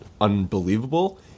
unbelievable